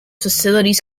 facilities